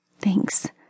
Thanks